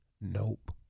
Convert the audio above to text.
Nope